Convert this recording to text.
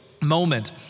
moment